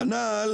כנ"ל